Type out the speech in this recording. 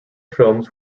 films